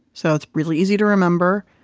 so, it's really easy to remember.